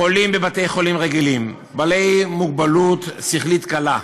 חולים בבתי-חולים רגילים, בעלי מוגבלות שכלית קלה,